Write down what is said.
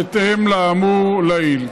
בהתאם לאמור לעיל.